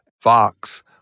Fox